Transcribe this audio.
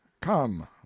come